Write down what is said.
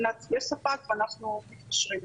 יש ספק ואנחנו מתקשרים.